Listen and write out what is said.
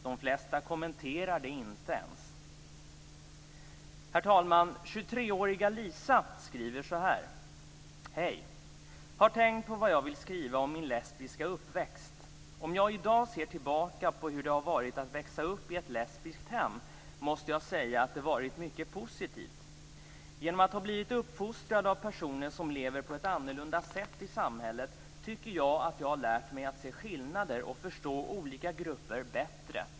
De flesta kommenterar det inte ens." Herr talman! 23-åriga Lisa skriver så här: "Hej! Har tänkt på vad jag vill skriva om min lesbiska uppväxt. Om jag i dag ser tillbaka på hur det har varit att växa upp i ett lesbiskt hem, måste jag säga att det var mycket positivt. Genom att ha blivit uppfostrad av personer som lever på ett annorlunda sätt i samhället tycker jag att jag har lärt mig att se skillnader och förstå olika grupper bättre.